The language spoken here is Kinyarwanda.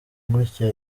gutya